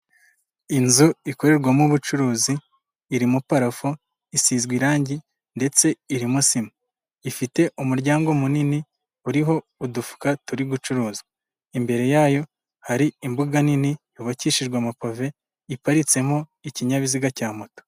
Inzu ikorerwamo ubucuruzi irimo parafo, isizwe irangi ndetse irimo sima. Ifite umuryango munini uriho udufuka turi gucuruzwa, imbere yayo hari imbuga nini yubakishijwe amapave iparitsemo ikinyabiziga cya moto.